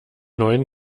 neuen